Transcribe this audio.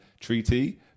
treaty